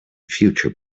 future